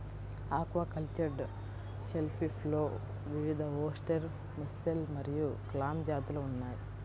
aquacultured షెల్ఫిష్లో వివిధఓస్టెర్, mussel మరియు క్లామ్ జాతులు ఉన్నాయి